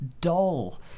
dull